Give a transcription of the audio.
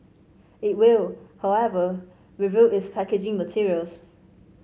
it will however review its packaging materials